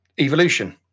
evolution